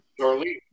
Darlene